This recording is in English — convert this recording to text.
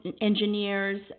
engineers